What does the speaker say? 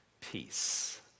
peace